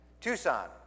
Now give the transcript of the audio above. tucson